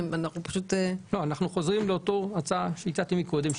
אנחנו חוזרים לאותה הצעה שהצעתי קודם,